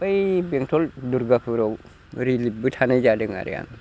बै बेंथल दुरगापुराव रिलिफबो थानाय जादों आरो आं